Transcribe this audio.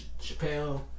Chappelle